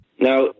Now